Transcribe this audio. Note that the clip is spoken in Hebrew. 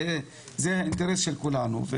זה האינטרס של כולנו.